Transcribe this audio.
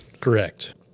Correct